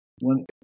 one